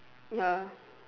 ya